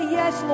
yes